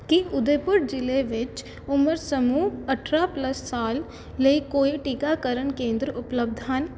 ਕੀ ਉਦੈਪੁਰ ਜ਼ਿਲ੍ਹੇ ਵਿੱਚ ਉਮਰ ਸਮੂਹ ਅਠਾਰਾਂ ਪਲੱਸ ਸਾਲ ਲਈ ਕੋਈ ਟੀਕਾਕਰਨ ਕੇਂਦਰ ਉਪਲੱਬਧ ਹਨ